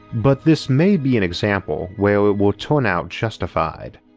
but this may be an example where it will turn out justified.